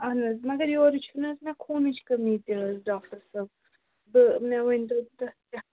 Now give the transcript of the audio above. اَہن حظ مگر یورٕ چھِنہٕ حظ مےٚ خوٗنٕچ کٔمی تہِ حظ ڈاکٹَر صٲب بہٕ مےٚ ؤنۍتو تَتھ کیٛاہ